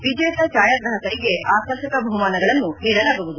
ವಿಜೇತ ಭಾಯಾಗ್ರಾಹಕರಿಗೆ ಆಕರ್ಷಕ ಬಹುಮಾನಗಳನ್ನು ನೀಡಲಾಗುವುದು